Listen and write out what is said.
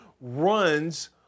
runs